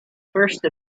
first